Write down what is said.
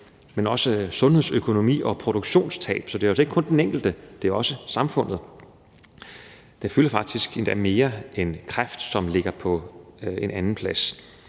men også sundhedsøkonomi og produktionstab. Så det er altså ikke kun den enkelte, det er også samfundet. Det fylder faktisk endda mere end kræft, som ligger på en andenplads.